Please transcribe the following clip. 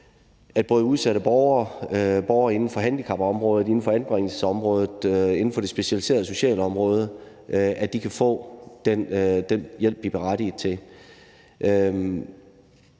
borgere og borgere inden for handicapområdet, anbringelsesområdet og det specialiserede socialområde kunne få den hjælp, de er berettiget til.